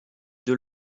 deux